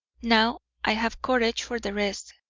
now i have courage for the rest.